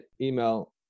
email